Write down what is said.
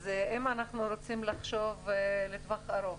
אם אנחנו רוצים לחשוב לטווח ארוך